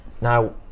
Now